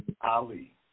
Ali